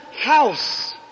house